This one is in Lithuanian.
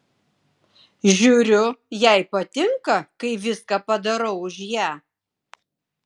žiūriu jai patinka kai viską padarau už ją